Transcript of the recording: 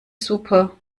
super